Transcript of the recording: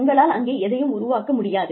உங்களால் அங்கே எதையும் உருவாக்க முடியாது